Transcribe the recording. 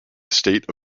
estate